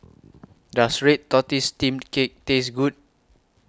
Does Red Tortoise Steamed Cake Taste Good